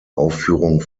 aufführung